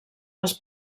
les